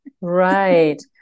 Right